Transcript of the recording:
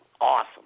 awesome